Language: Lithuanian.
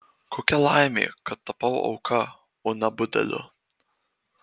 kokia laimė kad tapau auka o ne budeliu